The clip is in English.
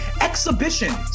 exhibitions